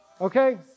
Okay